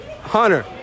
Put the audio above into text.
Hunter